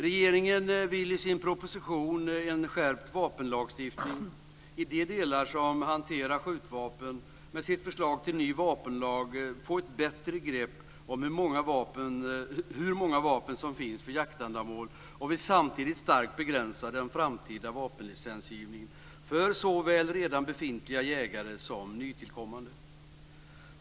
Regeringen vill i sin proposition En skärpt vapenlagstiftning i de delar som hanterar skjutvapen med sitt förslag till ny vapenlag få ett bättre grepp om hur många vapen som finns för jaktändamål och vill samtidigt starkt begränsa den framtida vapenlicensgivningen såväl för redan befintliga jägare som för nytillkommande.